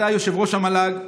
אתה יושב-ראש המל"ג,